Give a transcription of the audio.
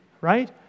Right